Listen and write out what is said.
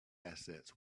assets